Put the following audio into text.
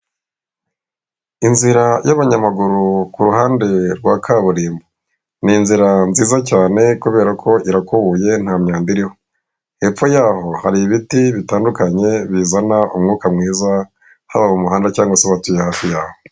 Inzira y'abanyamaguru kuruhande rwa kaburimbo; ni inzira nziza cyane kubera ko irakubuye nta myanda iriho. Hepfo yaho hari ibiti bitandukanye bizana umwuka mwiza haba mu muhanda cyangwa se abatuye hafi yawo.